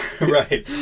Right